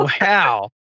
Wow